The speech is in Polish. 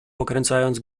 pokręcając